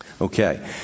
Okay